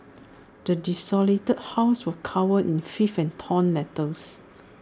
the desolated house was covered in filth and torn letters